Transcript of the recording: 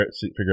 figure